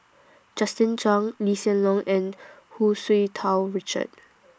Justin Zhuang Lee Hsien Loong and Hu Tsu Tau Richard